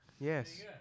Yes